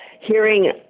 hearing